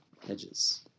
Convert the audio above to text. Hedges